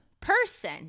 person